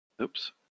Oops